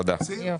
תודה.